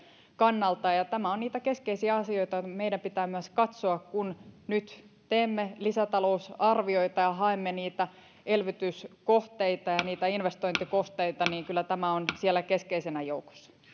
kannalta tämä on niitä keskeisiä asioita joita meidän pitää myös katsoa kun nyt teemme lisätalousarvioita ja haemme niitä elvytyskohteita ja niitä investointikohteita kyllä tämä on keskeisenä siellä joukossa